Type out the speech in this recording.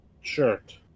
shirt